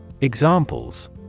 Examples